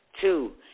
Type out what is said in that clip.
Two